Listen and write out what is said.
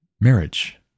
marriage